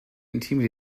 intime